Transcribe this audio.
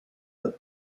but